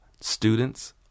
students